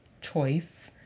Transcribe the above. choice